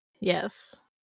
Yes